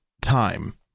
time